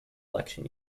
election